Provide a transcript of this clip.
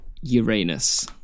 Uranus